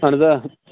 آہَن حظ آ